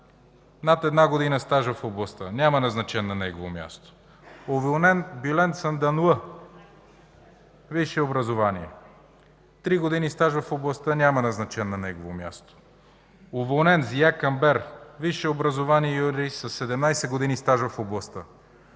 над една година стаж в областта. Няма назначен на негово място. Уволнен: Гюлен Фанданлъ. Висше образование, 3 години стаж в областта, няма назначен на негово място. Уволнен: Зия Камбер. Висше образование юридическо, 17 години стаж в областта.